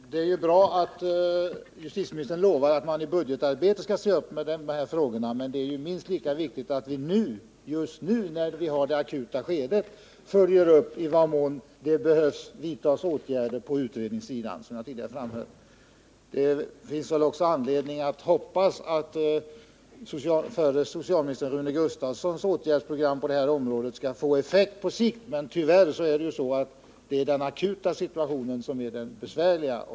Herr talman! Det är bra att justitieministern lovar att man i budgetarbetet skall beakta de här frågorna, men det är minst lika viktigt att vi just nu i det akuta skedet följer upp i vad mån åtgärder behöver vidtas på utredningssidan, som jag tidigare framhöll. Det finns väl också anledning hoppas att förre socialministern Rune Gustavssons åtgärdsprogram på detta område skall få effekt på sikt. Men tyvärr är det den aktuella situationen som är den besvärliga.